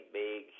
big